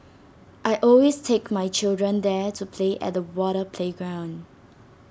I always take my children there to play at the water playground